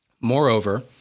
Moreover